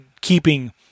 keeping